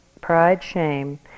pride-shame